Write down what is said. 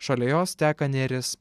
šalia jos teka neris